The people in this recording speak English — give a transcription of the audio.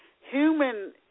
human